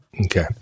Okay